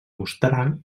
mostrà